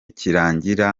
kirangira